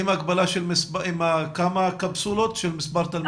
עם כמה קפסולות של מספר תלמידים?